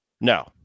No